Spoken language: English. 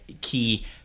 key